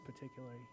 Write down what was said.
particularly